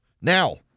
Now